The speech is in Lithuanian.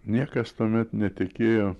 niekas tuomet netikėjo